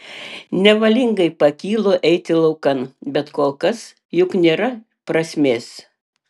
nevalingai pakylu eiti laukan bet kol kas juk nėra prasmės